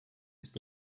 ist